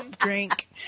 drink